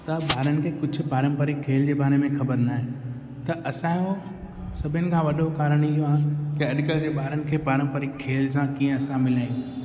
त ॿारनि खे कुझु पारम्परिकु खेल जे बारे में ख़बरु न आहे त असांजो सभिनि खां वॾो कारणु ई इहो आहे की अॼुकल्ह जे ॿारनि खे पारम्परिकु खेल सां कीअं असां मिलायूं